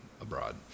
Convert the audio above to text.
abroad